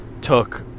took